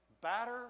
batter